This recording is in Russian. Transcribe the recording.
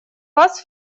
вас